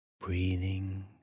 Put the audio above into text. breathing